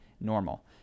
normal